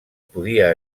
podia